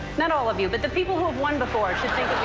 not all of you, but the people who've won before should think